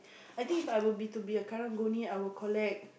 I think If I were be to be a karang-guni I would collect